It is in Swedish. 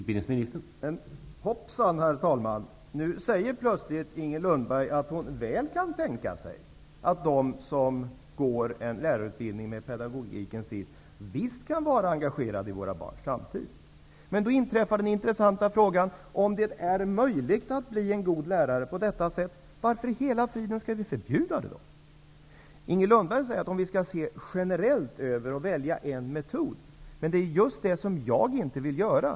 Herr talman! Hoppsan! Nu säger plötsligt Inger Lundberg att hon väl kan tänka sig att de som går en lärarutbildning där pekagogiken kommer i ett senare skede visst kan vara engagerade i våra barns framtid. Men då inträffar den intressanta frågan om huruvida det är möjligt att bli en god lärare på detta sätt. Varför i hela friden skall vi då förbjuda det? Inger Lundberg säger att vi skall generellt se över utbildningen och välja en metod. Men det är just det som jag inte vill göra.